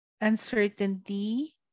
Uncertainty